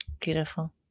Beautiful